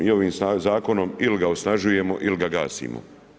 I ovim zakonom ili ga osnažujemo ili ga gasimo.